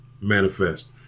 manifest